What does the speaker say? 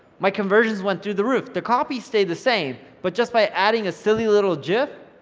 my conversions went through the roof. the copy stayed the same but just by adding a silly little gif,